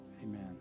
Amen